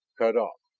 cut off.